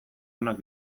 onak